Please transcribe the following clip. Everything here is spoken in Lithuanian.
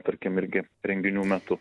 tarkim irgi renginių metu